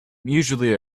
usually